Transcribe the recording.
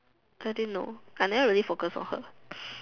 I didn't know I never really focus on her